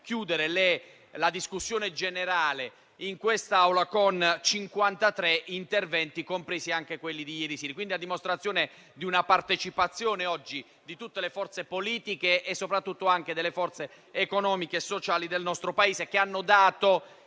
Aula la discussione generale con 53 interventi (compresi anche quelli di ieri sera). Questo a dimostrazione di una partecipazione oggi di tutte le forze politiche e soprattutto anche delle forze economiche e sociali del nostro Paese, che hanno dato